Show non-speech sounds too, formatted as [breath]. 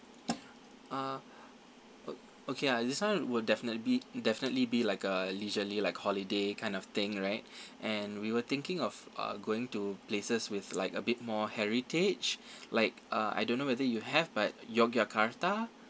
uh o~ okay ah this [one] will definitely be definitely be like a leisurely like holiday kind of thing right [breath] and we were thinking of uh going to places with like a bit more heritage like uh I don't know whether you have but yogyakarta